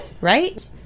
right